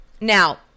Now